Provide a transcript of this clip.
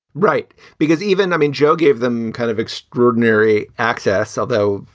right. because even i mean, joe gave them kind of extraordinary access, although,